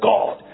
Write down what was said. God